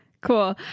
Cool